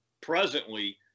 presently